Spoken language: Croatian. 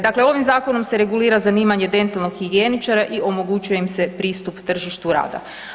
Dakle, ovim zakonom se regulira zanimanje dentalnog higijeničara i omogućuje im se pristup tržištu rada.